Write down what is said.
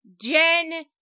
Jen